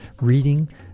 reading